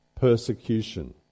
persecution